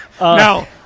Now